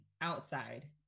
outside